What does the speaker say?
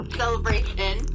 celebration